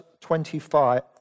25